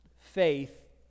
faith